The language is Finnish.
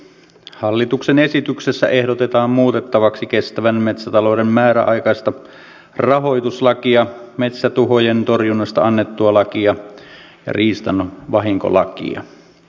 hallituksen esityksessä ehdotetaan muutettavaksi kestävän metsätalouden määräaikaista rahoituslakia metsätuhojen torjunnasta annettua lakia ja riistan vahinkolakia